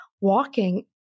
walking